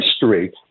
history